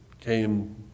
came